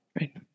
right